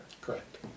Correct